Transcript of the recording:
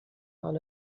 حال